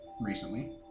recently